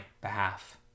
behalf